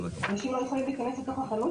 אנשים לא יכולים להיכנס לתוך החנות